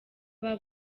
aba